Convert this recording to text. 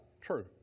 True